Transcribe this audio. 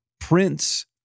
Prince